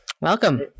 Welcome